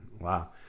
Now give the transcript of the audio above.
Wow